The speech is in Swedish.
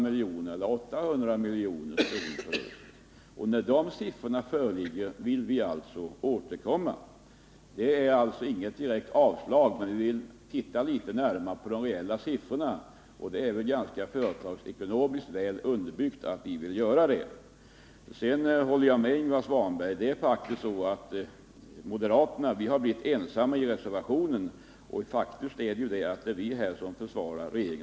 Med det sagda yrkar jag bifall till utskottets förslag.